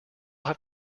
have